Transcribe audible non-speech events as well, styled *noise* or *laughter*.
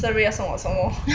*laughs*